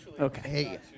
Okay